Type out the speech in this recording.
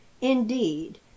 indeed